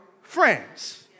friends